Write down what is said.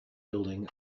building